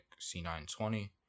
C920